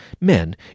men